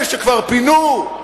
אלה שכבר פינו,